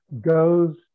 goes